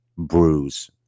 bruise